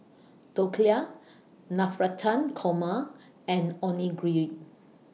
Dhokla Navratan Korma and Onigiri